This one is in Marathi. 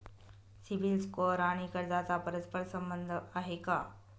सिबिल स्कोअर आणि कर्जाचा परस्पर संबंध आहे का?